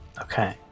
Okay